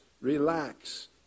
Relax